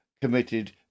committed